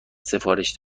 سفارش